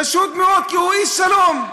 פשוט מאוד, כי הוא איש שלום.